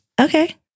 Okay